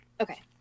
Okay